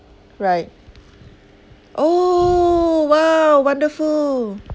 right oh !wow! wonderful